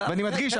ואני מדגיש,